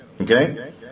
Okay